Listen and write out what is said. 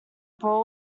brawl